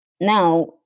Now